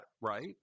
right